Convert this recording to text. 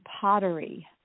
pottery